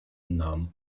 nam